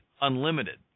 unlimited